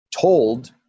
told